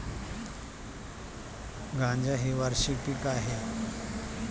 गांजा हे वार्षिक पीक आहे